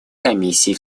комиссии